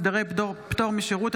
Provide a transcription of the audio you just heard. הסדרי פטור משירות),